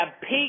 peak